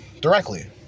directly